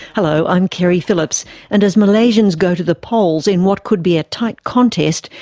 hello, i'm keri phillips and as malaysians go to the polls in what could be a tight contest,